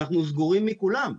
אנחנו סגורים מכולם.